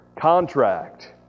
contract